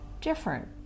different